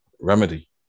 remedy